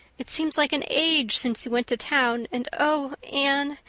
it seems like an age since you went to town and oh, anne,